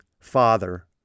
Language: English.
father